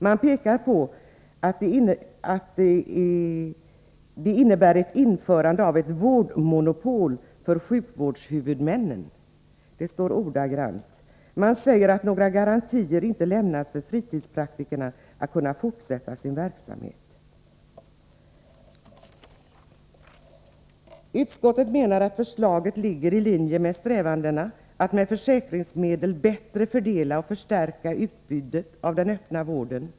Moderaterna menar att detta innebär införande av ”ett vårdmonopol för landstingen”. De säger också att fritidspraktikerna inte lämnas några garantier att kunna fortsätta sin verksamhet. Utskottet menar att förslaget i propositionen ligger i linje med strävandena att med försäkringsmedel bättre fördela och förstärka utbudet av den öppna vården.